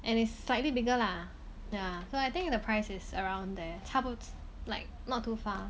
and is slightly bigger lah ya so I think the price is around their tablets like not too far